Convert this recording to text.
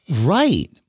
Right